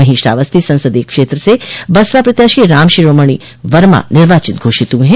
वहीं श्रावस्ती संसदीय क्षेत्र से बसपा प्रत्याशी राम शिरोमणि वर्मा निर्वाचित घोषित हुए हैं